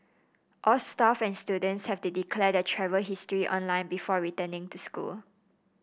all staff and students have to declare their travel history online before returning to school